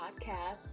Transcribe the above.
podcast